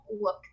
look